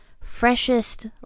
freshest